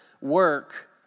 work